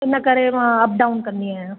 इन करे मां अप डाउन कंदी आहियां